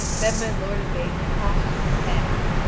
then my lord yvain clasped his hands,